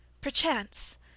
Perchance